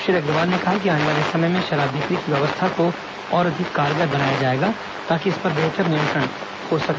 श्री अग्रवाल ने कहा कि आने वाले समय में शराब बिक्री की व्यवस्था को और अधिक कारंगर बनाया जाएगा ताकि इस पर बेहतर नियंत्रण हो सके